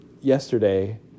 yesterday